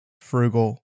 frugal